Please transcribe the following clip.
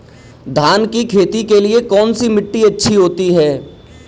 धान की खेती के लिए कौनसी मिट्टी अच्छी होती है?